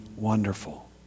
wonderful